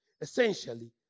Essentially